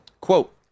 Quote